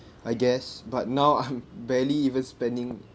I guess but now I'm barely even spending